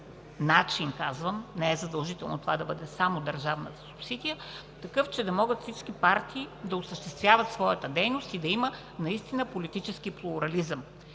Казвам, че не е задължително това да бъде само държавна субсидия, но такъв, че да могат всички партии да осъществяват своята дейност и да има наистина политически плурализъм.